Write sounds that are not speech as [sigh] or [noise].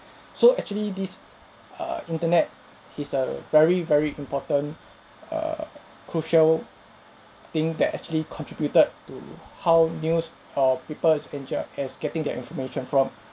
so actually this err internet is a very very important [breath] err crucial thing that actually contributed to how news or people is enjoy as getting their information from